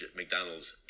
McDonald's